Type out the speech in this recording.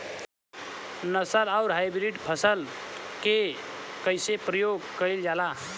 नस्ल आउर हाइब्रिड फसल के कइसे प्रयोग कइल जाला?